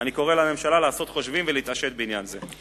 אני קורא לממשלה לעשות חושבים ולהתעשת בעניין זה.